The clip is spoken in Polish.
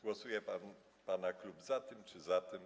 Głosuje pana klub za tym czy za tym?